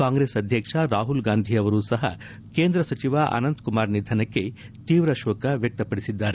ಕಾಂಗ್ರೆಸ್ ಅಧ್ಯಕ್ಷ ರಾಹುಲ್ ಗಾಂಧಿ ಅವರೂ ಸಹ ಕೇಂದ್ರ ಸಚಿವ ಅನಂತಕುಮಾರ್ ನಿಧನಕ್ಕೆ ತೀವ್ರ ಶೋಕ ವ್ಯಕ್ತಪದಿಸಿದ್ದಾರೆ